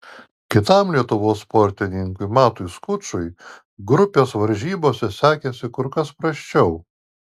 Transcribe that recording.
kitam lietuvos sportininkui matui skučui grupės varžybose sekėsi kur kas prasčiau